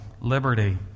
liberty